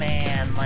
Man